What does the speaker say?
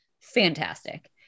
fantastic